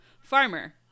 farmer